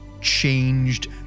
changed